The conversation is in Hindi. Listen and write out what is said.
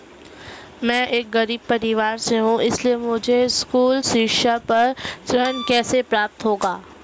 मैं एक गरीब परिवार से हूं इसलिए मुझे स्कूली शिक्षा पर ऋण कैसे प्राप्त होगा?